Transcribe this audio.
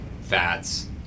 fats